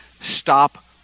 stop